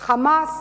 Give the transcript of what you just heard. "חמאס"?